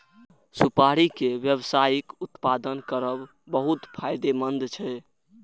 सुपारी के व्यावसायिक उत्पादन करब बहुत फायदेमंद छै